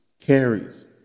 carries